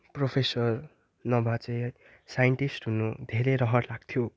professor नभए चाहिँ scientist हुनु धेरै रहर लाग्थ्यो